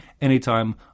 Anytime